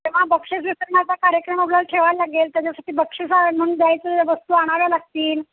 तेव्हा बक्षीस वितरणाचा कार्यक्रम आपल्याला ठेवायला लागेल त्याच्यासाठी बक्षीसं म्हणून द्यायचं वस्तू आणाव्या लागतील